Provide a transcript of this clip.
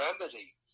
remedy